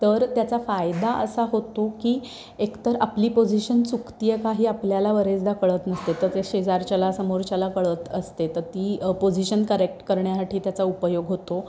तर त्याचा फायदा असा होतो की एकतर आपली पोझिशन चुकते आहे का हे आपल्याला बरेचदा कळत नसते तर ते शेजारच्याला समोरच्याला कळत असते तर ती पोझिशन करेक्ट करण्यासाठी त्याचा उपयोग होतो